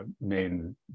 main